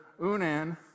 unan